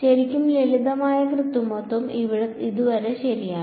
ശരിക്കും ലളിതമായ കൃത്രിമത്വം ഇതുവരെ ശരിയാണ്